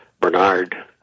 Bernard